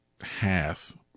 half